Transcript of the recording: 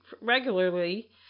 regularly